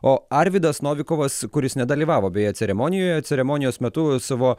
o arvydas novikovas kuris nedalyvavo beje ceremonijoje ceremonijos metu savo